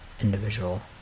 individual